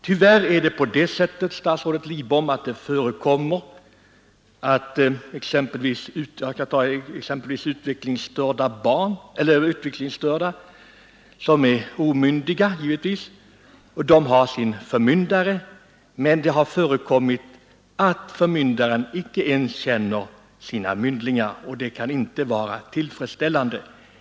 Tyvärr förekommer det, statsrådet Lidbom, att förmyndaren för exempelvis utvecklingsstörda och omyndiga inte ens känner sina myndlingar. Det kan inte vara tillfredsställande.